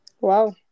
Wow